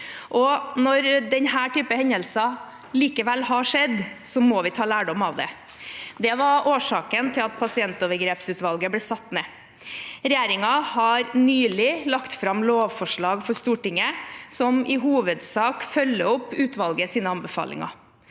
Når slike hendelser likevel har skjedd, må vi ta lærdom av det. Det var årsaken til at pasientovergrepsutvalget ble satt ned. Regjeringen har nylig lagt fram lovforslag for Stortinget som i hovedsak følger opp utvalgets anbefalinger.